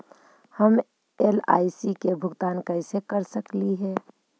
हम एल.आई.सी के भुगतान कैसे कर सकली हे?